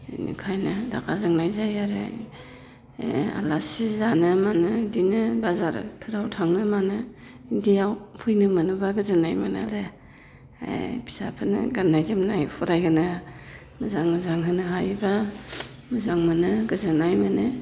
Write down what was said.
ओंखायनो रागा जोंनाय जायो आरो आलासि जानो मानो बेदिनो बाजारफोराव थांनो मानो बिदियाव फैनो मोनोब्ला गोजोननाय मोनो आरो ओ फिसाफोरनो गाननाय जोमनाय फरायहोनो मोजां मोजां होनो हायोब्ला मोजां मोनो गोजोननाय मोनो